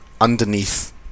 underneath